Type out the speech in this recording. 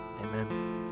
amen